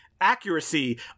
accuracy